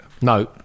no